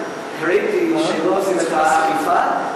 ואז ראיתי שלא עשיתם אכיפה,